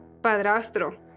padrastro